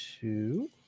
two